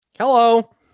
hello